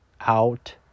out